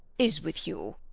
is with you?